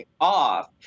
off